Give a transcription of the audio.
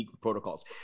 protocols